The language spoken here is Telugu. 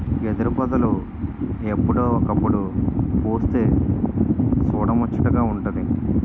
ఎదురుపొదలు ఎప్పుడో ఒకప్పుడు పుస్తె సూడముచ్చటగా వుంటాది